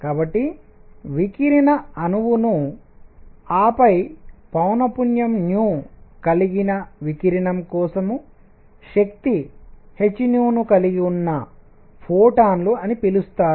కాబట్టి వికిరణ అణువును ఆపై పౌనఃపున్యం న్యూ కలిగిన వికిరణం కోసం శక్తి 'h' ను కలిగి ఉన్న ఫోటాన్లు అని పిలుస్తారు